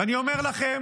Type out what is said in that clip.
ואני אומר לכם